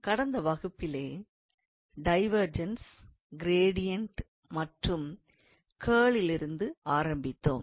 கடந்த வகுப்பிலே divergence gradient மற்றும் கர்லிலிருந்து ஆரம்பித்தோம்